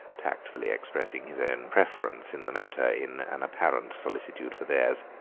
tactfully expressing his own preference in the matter in an apparent solicitude for theirs.